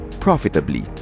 profitably